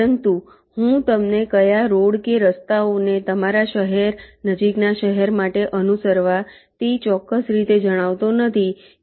પરંતુ હું તમને કયા રોડ કે રસ્તાઓને તમારા શહેર નજીકના શહેર માટે અનુસરવા તે ચોક્કસ રીતે જણાવતો નથી કે